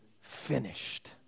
finished